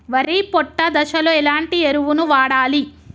వరి పొట్ట దశలో ఎలాంటి ఎరువును వాడాలి?